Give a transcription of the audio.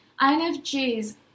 INFJs